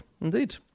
Indeed